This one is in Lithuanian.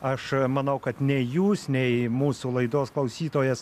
aš manau kad nei jūs nei mūsų laidos klausytojas